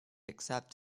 accept